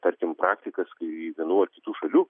tarkim praktikas kai vienų ar kitų šalių